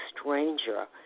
stranger